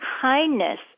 kindness